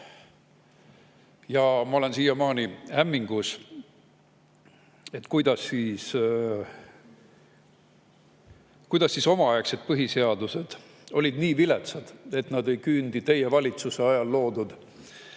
Ma olen siiamaani hämmingus, kuidas omaaegsed põhiseadused olid nii viletsad, et nad ei küüni teie valitsuse ajal loodud